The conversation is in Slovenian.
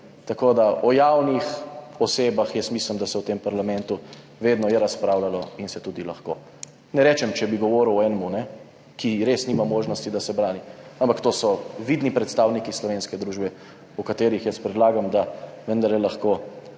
da se je o javnih osebah v tem parlamentu vedno razpravljalo in se tudi lahko. Ne rečem, če bi govoril o enemu, ki res nima možnosti, da se brani. Ampak to so vidni predstavniki slovenske družbe, o katerih jaz predlagam, da vendarle lahko